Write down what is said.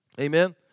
Amen